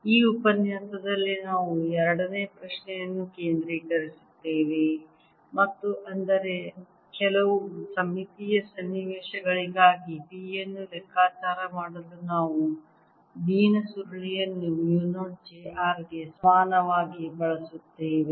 ಈ ಉಪನ್ಯಾಸದಲ್ಲಿ ನಾವು ಎರಡನೇ ಪ್ರಶ್ನೆಯನ್ನು ಕೇಂದ್ರೀಕರಿಸುತ್ತೇವೆ ಮತ್ತು ಅಂದರೆ ಕೆಲವು ಸಮ್ಮಿತೀಯ ಸನ್ನಿವೇಶಗಳಿಗಾಗಿ B ಅನ್ನು ಲೆಕ್ಕಾಚಾರ ಮಾಡಲು ನಾವು B ನ ಸುರುಳಿಯನ್ನು ಮು 0 j r ಗೆ ಸಮಾನವಾಗಿ ಬಳಸುತ್ತೇವೆ